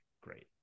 great